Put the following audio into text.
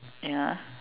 ya